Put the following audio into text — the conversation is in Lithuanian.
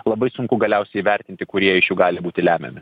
labai sunku galiausiai įvertinti kurie iš jų gali būti lemiami